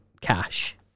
cash